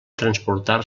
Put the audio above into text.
transportar